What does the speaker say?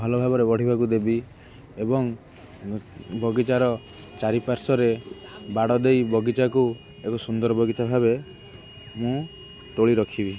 ଭଲ ଭାବରେ ବଢ଼ିବାକୁ ଦେବି ଏବଂ ବଗିଚାର ଚାରିପାର୍ଶରେ ବାଡ଼ ଦେଇ ବଗିଚାକୁ ଏକ ସୁନ୍ଦର ବଗିଚା ଭାବେ ମୁଁ ତୋଳି ରଖିବି